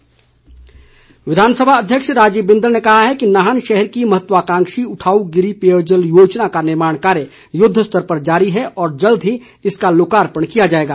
बिंदल विधानसभा अध्यक्ष राजीव बिंदल ने कहा है कि नाहन शहर की महत्वकांक्षी उठाऊ गिरि पेयजल योजना का निर्माण कार्य युद्धस्तर पर जारी है और जल्द ही इसका लोकार्पण किया जाएगा